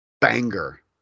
banger